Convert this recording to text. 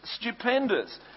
stupendous